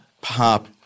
pop